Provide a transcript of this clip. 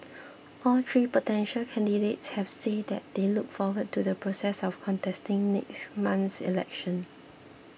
all three potential candidates have said they look forward to the process of contesting next month's election